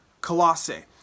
Colossae